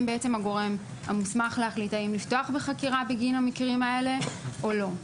בעצם הגורם המוסמך להחליט אם לפתוח בחקירה בגין המקרים האלה או לא.